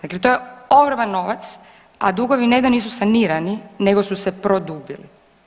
Dakle to je ogroman novac, a dugovi ne da nisu sanirani nego su se produbili.